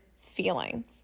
feeling